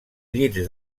llits